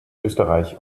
österreich